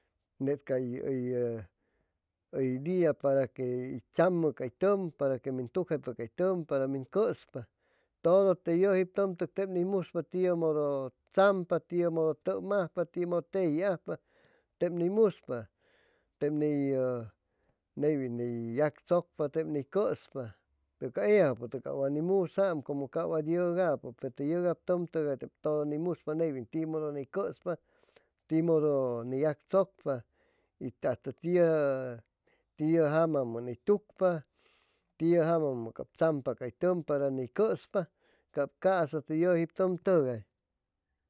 Ned cad uy uy día para que tsamu cay tum para que min tucjypa cay tum a min cuspa tudu te yuji tum teb ni muspa tiu mudu tsampa y tiu mudu tum ajpa mudu teji ajpa teb ni muspa teb u neywn u yactsucpa teb ni cuspa peru ca ella jupu ca wa ni musaam cumu ca muspaam neywin ti mudu ni cuspa ti mudu ni yactsucpa tiu jamamunitucpa tiu jama cab tsampa cay tum para que uy cuspa cab casa te yuji tum tugay